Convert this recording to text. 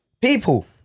People